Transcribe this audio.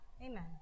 Amen